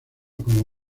como